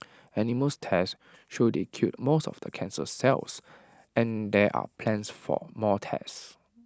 animal tests show they killed most of the cancer cells and there are plans for more tests